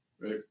right